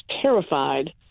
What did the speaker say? terrified